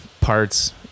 parts